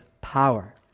power